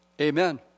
Amen